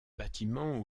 bâtiment